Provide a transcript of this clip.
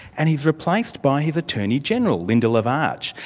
and he's replaced by his attorney general, linda lavarch.